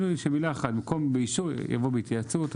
מילה אחת, במקום באישור, יבוא בהתייעצות.